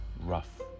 rough